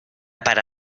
para